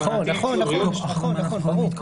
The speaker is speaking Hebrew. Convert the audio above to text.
נכון, ברור.